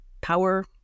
power